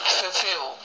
fulfill